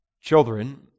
children